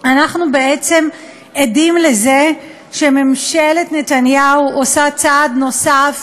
אנחנו בעצם עדים לזה שממשלת נתניהו עושה צעד נוסף